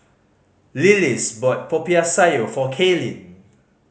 Lillis bought Popiah Sayur for Kaylin